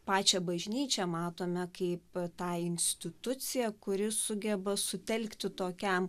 pačią bažnyčią matome kaip tą instituciją kuri sugeba sutelkti tokiam